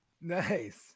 Nice